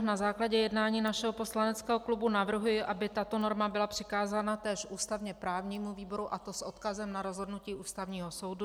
Na základě jednání našeho poslaneckého klubu navrhuji, aby tato norma byla přikázána též ústavněprávnímu výboru, a to s odkazem na nedávné rozhodnutí Ústavního soudu.